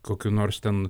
kokių nors ten